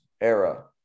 era